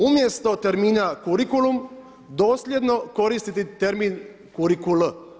Umjesto termina kurikulum dosljedno koristiti termin kurikul.